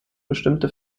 bestimmte